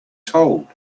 told